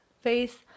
face